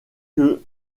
que